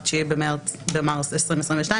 9 במרץ 2022,